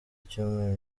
icyumweru